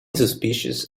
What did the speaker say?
suspicions